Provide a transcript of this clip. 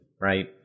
right